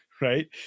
right